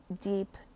deep